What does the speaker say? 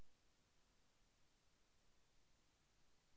రబీ సీజన్లో పండే పంటల పేర్లు ఏమిటి?